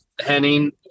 Henning